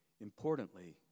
Importantly